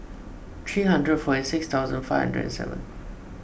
three hundred forty six thousand five hundred and seven